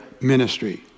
ministry